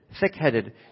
Thick-headed